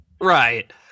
Right